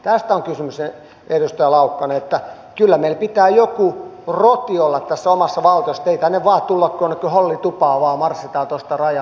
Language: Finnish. tästä on kysymys edustaja laukkanen että kyllä meillä pitää joku roti olla tässä omassa valtiossa että ei tänne tulla vaan kuin jonnekin hollitupaan marssitaan vaan tuosta rajalta sisään